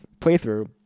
playthrough